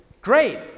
Great